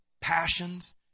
passions